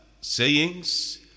sayings